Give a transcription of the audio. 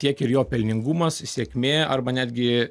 tiek ir jo pelningumas sėkmė arba netgi